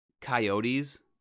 coyotes